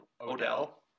Odell